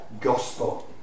gospel